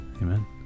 Amen